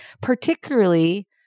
particularly